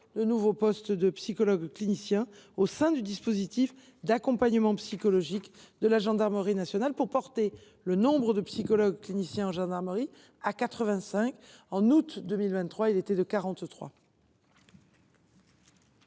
de nouveaux postes de psychologues cliniciens au sein du dispositif d’accompagnement psychologique de la gendarmerie nationale. Ainsi, le nombre de psychologues cliniciens en gendarmerie atteindra 85, contre 43